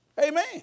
Amen